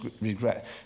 regret